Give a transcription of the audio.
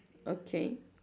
okay